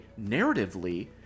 narratively